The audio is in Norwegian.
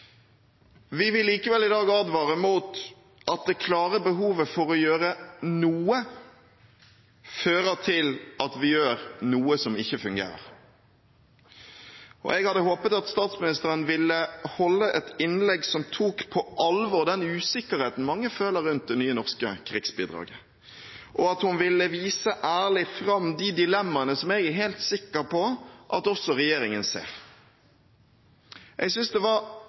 Vi vil likevel i dag advare mot at det klare behovet for å gjøre noe fører til at vi gjør noe som ikke fungerer. Jeg hadde håpet at statsministeren ville holde et innlegg som tok på alvor den usikkerheten mange føler rundt det nye norske krigsbidraget, og at hun ville vise ærlig fram de dilemmaene som jeg er helt sikker på at også regjeringen ser. Jeg synes det var